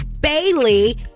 Bailey